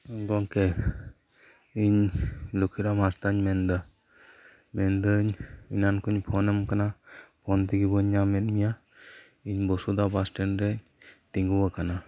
ᱜᱚᱢᱠᱮ ᱤᱧ ᱞᱚᱠᱠᱷᱤᱨᱟᱢ ᱦᱟᱸᱥᱫᱟᱧ ᱢᱮᱱ ᱮᱫᱟ ᱢᱮᱱ ᱮᱫᱟᱹᱧ ᱮᱱᱟᱱ ᱠᱷᱚᱱ ᱤᱧ ᱯᱷᱳᱱ ᱟᱢ ᱠᱟᱱᱟ ᱯᱷᱳᱱ ᱛᱮᱜᱮ ᱵᱟᱹᱧ ᱧᱟᱢᱮᱫ ᱢᱮᱭᱟ ᱤᱧ ᱵᱚᱥᱩᱫᱟ ᱵᱟᱥ ᱥᱴᱮᱱᱰ ᱨᱮ ᱛᱮᱜᱳᱣᱟᱠᱟᱱᱟ